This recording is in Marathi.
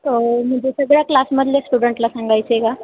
म्हणजे सगळ्या क्लासमधल्या स्टुडंटला सांगायचं आहे का